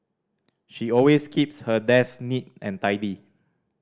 she always keeps her desk neat and tidy